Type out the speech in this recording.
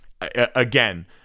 again